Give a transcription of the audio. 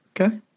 Okay